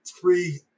three